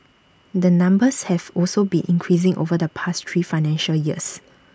the numbers have also been increasing over the past three financial years